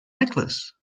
necklace